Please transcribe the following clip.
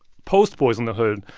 post boyz n the hood,